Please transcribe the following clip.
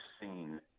seen